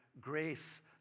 grace